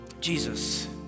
Jesus